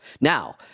Now